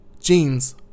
Jeans